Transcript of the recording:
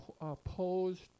opposed